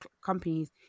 companies